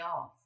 off